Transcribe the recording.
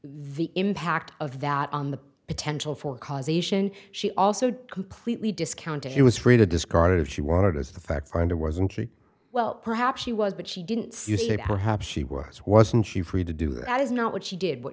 the impact of that on the potential for causation she also completely discounted he was free to discard if she wanted as the fact finder wasn't well perhaps she was but she didn't you say perhaps she was wasn't she free to do that is not what she did wh